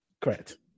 Correct